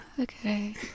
Okay